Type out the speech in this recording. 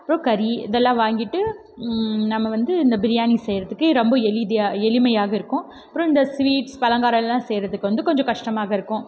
அப்புறோம் கறி இதெல்லாம் வாங்கிவிட்டு நம்ம வந்து இந்த பிரியாணி செய்யுறத்துக்கு ரொம்ப எளிதயா எளிமையாக இருக்கும் அப்புறோம் இந்த சுவீட்ஸ் பலகாரம் எல்லாம் செய்யுறதுக்கு வந்து கொஞ்சம் கஷ்டமாக இருக்கும்